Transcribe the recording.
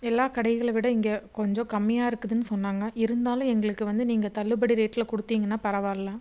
எல்லா கடைகளை விட இங்கே கொஞ்சம் கம்மியாக இருக்குதுன்னு சொன்னாங்க இருந்தாலும் எங்களுக்கு வந்து நீங்கள் தள்ளுபடி ரேட்டில் கொடுத்தீங்கன்னா பரவாயில்ல